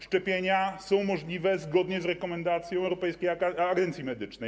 Szczepienia są możliwe zgodnie z rekomendacją europejskiej agencji medycznej.